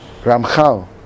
Ramchal